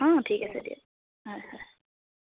অঁ ঠিক আছে দিয়ক হয় হয়